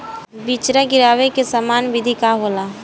बिचड़ा गिरावे के सामान्य विधि का होला?